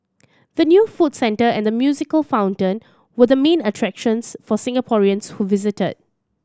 the new food centre and the musical fountain were the main attractions for Singaporeans who visited